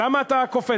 למה אתה קופץ?